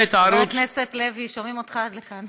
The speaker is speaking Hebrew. חבר הכנסת לוי, שומעים אותך עד לכאן.